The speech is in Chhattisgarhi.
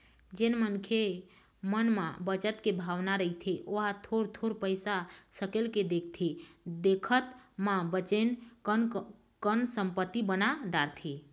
जेन मनखे के मन म बचत के भावना रहिथे ओहा थोर थोर पइसा सकेल के देखथे देखत म बनेच कन संपत्ति बना डारथे